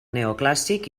neoclàssic